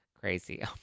crazy